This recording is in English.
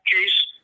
case